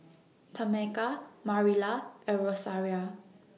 Tameka Marilla and Rosaria